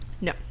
No